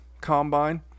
Combine